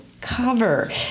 cover